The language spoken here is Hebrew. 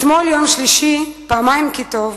אתמול, יום שלישי, פעמיים כי טוב,